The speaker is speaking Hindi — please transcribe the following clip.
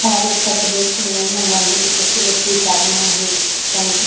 हमारे उत्तर प्रदेश में मनोरंजन के सबसे लोकप्रिय साधन हैं हेट संग